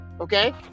okay